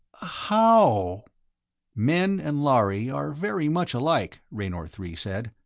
how men and lhari are very much alike, raynor three said.